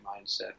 mindset